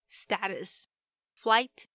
status,flight